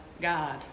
God